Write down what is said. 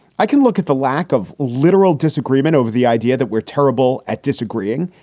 i can look at the lack of literal disagreement over the idea that we're terrible at disagreeing.